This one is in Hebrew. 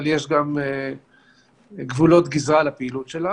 אבל יש גבולות גזרה לפעילות שלה.